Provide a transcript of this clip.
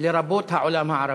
לרבות העולם הערבי,